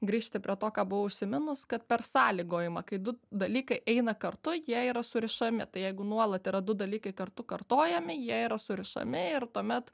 grįžti prie to ką buvau užsiminus kad per sąlygojimą kai du dalykai eina kartu jie yra surišami tai jeigu nuolat yra du dalykai kartu kartojami jie yra surišami ir tuomet